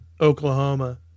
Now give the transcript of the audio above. Oklahoma